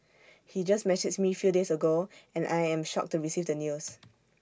he just messaged me few days ago and I am shocked to receive the news